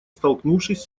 столкнувшись